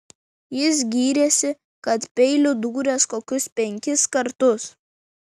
jis gyrėsi kad peiliu dūręs kokius penkis kartus